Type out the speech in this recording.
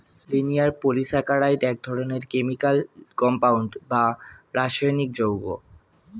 linear polysaccharide এক ধরনের chemical compound বা রাসায়নিক যৌগ